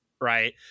right